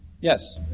Yes